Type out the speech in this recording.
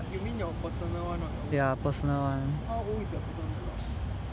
you mean your personal one or your work one how old is your personal laptop